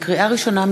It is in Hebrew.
לקריאה ראשונה,